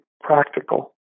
practical